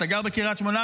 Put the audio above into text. אתה גר בקריית שמונה,